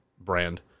brand